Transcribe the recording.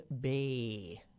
Bay